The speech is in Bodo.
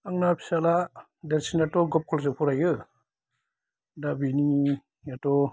आंना फिसाला देरसिनाथ' कलेजआव फरायो दा बेनियाथ'